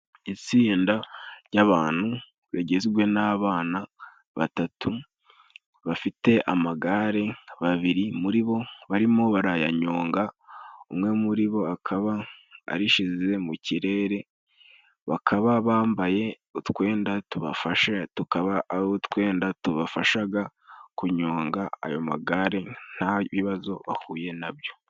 Itsinda ry'abantu rigizwe n'abana batatu bafite amagare, babiri muri bo barimo barayanyonga, umwe muri bo akaba arishize mu kirere, bakaba bambaye utwenda tubafashe, tukaba ari utwenda tubafashaga kunyonga ayo magare nta bibazo bahuye nabyo.